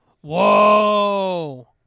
whoa